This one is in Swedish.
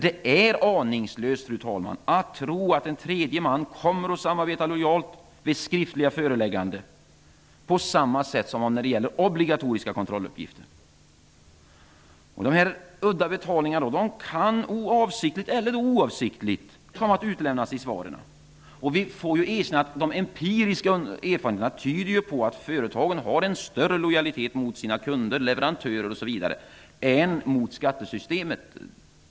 Det är aningslöst, fru talman, att tro att tredje man kommer att samarbeta lojalt vid skriftliga förelägganden, på samma sätt som när det gäller obligatoriska kontrolluppgifter. De här udda betalningarna kan avsiktligt eller oavsiktligt komma att utelämnas i svaren. Empiriska erfarenheter tyder på att företagen har en större lojalitet mot sina kunder och leverantörer än mot skattesystemet.